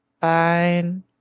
fine